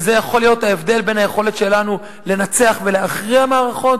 וזה יכול להיות ההבדל בין היכולת שלנו לנצח ולהכריע מערכות